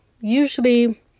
usually